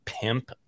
Pimp